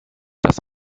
das